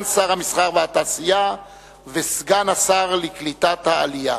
שר המסחר והתעשייה וסגן השר לקליטת העלייה.